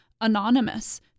anonymous